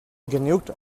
genügt